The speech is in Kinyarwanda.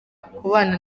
kubana